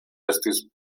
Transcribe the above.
estis